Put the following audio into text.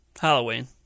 Halloween